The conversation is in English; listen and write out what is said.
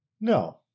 No